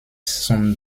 zum